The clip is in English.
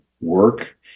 work